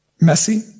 Messy